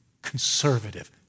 conservative